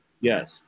Yes